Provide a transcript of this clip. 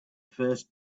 first